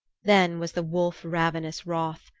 then was the wolf ravenous wroth,